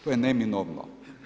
To je neminovno.